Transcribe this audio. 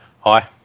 Hi